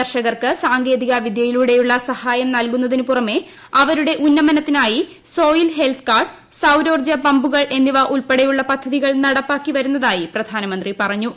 കർഷകർക്ക് സാങ്കേതിക വിദൃയിലൂടെയുള്ള സഹായം നൽകുന്നതിന് പുറമേ അവരുടെ ഉന്നമനത്തിനായി സോയിൽ ഹെൽത്ത് കാർഡ് സൌരോർജ്ജ പമ്പുകൾ എന്നിവ ഉൾപ്പെടെയുള്ള പദ്ധതികൾ നടപ്പാക്കി വരുന്നതായി പ്രധാനമന്ത്രി പറഞ്ഞു